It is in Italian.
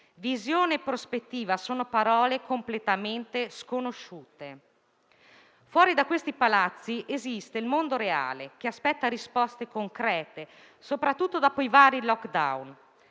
Visione e prospettiva sono parole completamente sconosciute. Fuori da questi palazzi esiste il mondo reale, che aspetta risposte concrete, soprattutto dopo i vari *lockdown*.